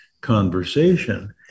conversation